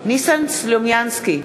ניסן סלומינסקי,